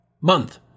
Month